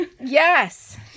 Yes